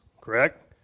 correct